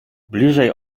bliżej